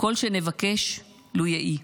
כל שנבקש לו יהי.